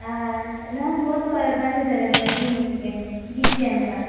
ಹಾಂ ನಾನು ಹೋದವಾರ ಬಂದಿದ್ದೆಲ್ಲ ನಿಮ್ಮ ಕ್ಲಿನಿಕ್ಕಿಗೆ ದೀಪ್ತಿ ಅಂತ